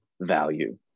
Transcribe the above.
value